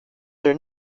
their